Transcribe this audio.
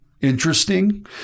interesting